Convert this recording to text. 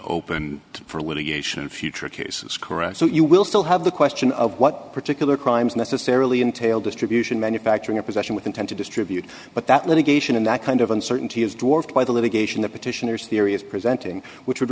open for litigation of future cases correct so you will still have the question of what particular crimes necessarily entailed distribution manufacturing or possession with intent to distribute but that litigation in that kind of uncertainty is dwarfed by the litigation that petitioners theory is presenting which would